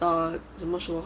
um 怎么说